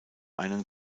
einen